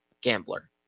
Gambler